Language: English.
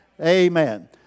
Amen